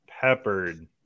peppered